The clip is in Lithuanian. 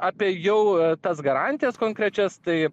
apie jau tas garantijas konkrečias tai